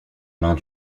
mains